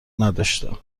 نداشتم